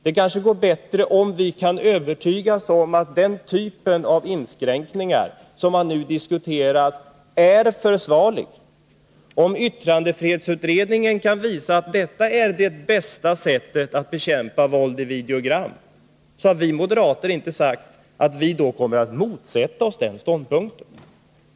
Det kanske går bättre om vi kan övertygas om att den typ av inskränkningar som man nu diskuterar är försvarliga, om yttrandefrihetsutredningen kan visa att detta är det bästa sättet att bekämpa våld i videogram. Vi moderater har inte sagt att vi då kommer att motsätta oss den ståndpunkten.